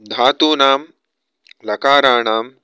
धातूनां लकाराणाम्